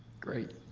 great.